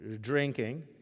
drinking